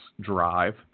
drive